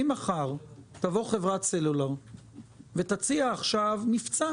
אם מחר תבוא חברת סלולר ותציע מבצע